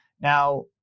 now